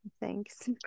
thanks